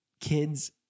kids